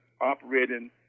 operating